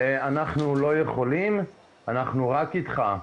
'אנחנו לא יכולים, אנחנו רק איתך.